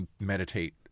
meditate